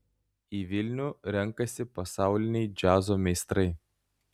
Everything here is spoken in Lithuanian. į vilnių renkasi pasauliniai džiazo meistrai